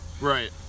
Right